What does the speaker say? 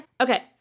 Okay